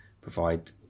provide